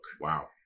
Wow